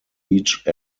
each